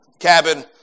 cabin